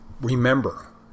remember